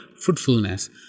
fruitfulness